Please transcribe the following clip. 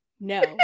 No